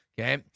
Okay